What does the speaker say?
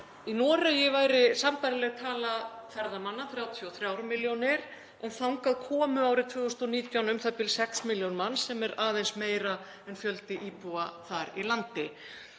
Í Noregi væri sambærilegur fjöldi ferðamanna 33 milljónir en þangað komu árið 2019 u.þ.b. sex milljón manns sem er aðeins meira en fjöldi íbúa þar í landi.